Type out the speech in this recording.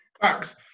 Thanks